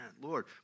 Lord